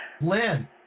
Lynn